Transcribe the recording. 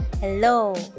hello